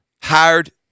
hired